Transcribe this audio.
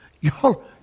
y'all